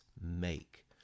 make